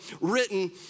written